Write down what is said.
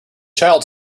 child